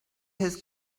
his